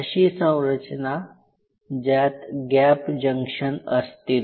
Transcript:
अशी संरचना ज्यात गॅप जंक्शन असतील